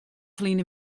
ferline